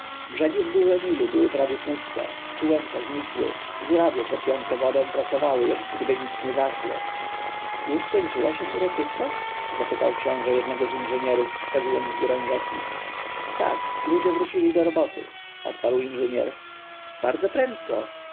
brzegi wgórze nilu były prawie puste czółenka znikły żórawie czerpiące wodę pracowały jakgdyby nic nie zaszło już skończyła się uroczystość zapytał książę jednego z inżynierów wskazując wgórę rzeki tak ludzie wrócili do roboty odparł inżynier bardzo prędko